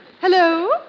Hello